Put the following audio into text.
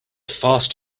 fast